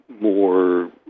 more